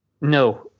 No